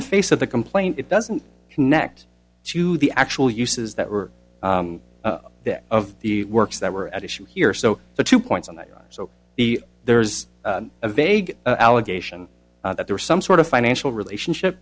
the face of the complaint it doesn't connect to the actual uses that were of the works that were at issue here so the two points on that so the there's a vague allegation that there was some sort of financial relationship